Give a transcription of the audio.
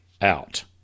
out